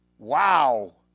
Wow